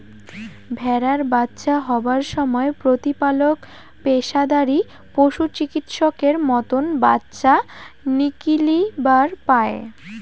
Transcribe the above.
ভ্যাড়ার বাচ্চা হবার সমায় প্রতিপালক পেশাদারী পশুচিকিৎসকের মতন বাচ্চা নিকলিবার পায়